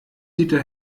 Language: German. dieter